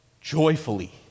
joyfully